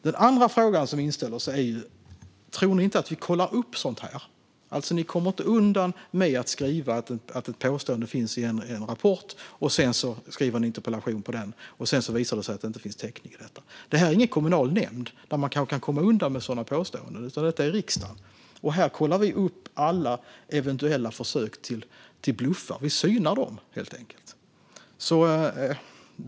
Den andra frågan som inställer sig är: Tror ni inte att vi kollar upp sådant här? Ni kommer inte undan med att göra så här. Ni säger att ett påstående finns i en rapport och ställer en interpellation om detta, och sedan visar det sig att det inte finns täckning för det. Det här är ingen kommunal nämnd, där man kanske kan komma undan med sådana påståenden. Detta är riksdagen, och här kollar vi upp alla eventuella försök till bluffar. Vi synar dem, helt enkelt.